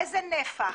איזה נפח,